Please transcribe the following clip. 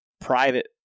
private